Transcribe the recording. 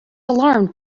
alarmed